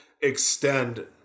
extend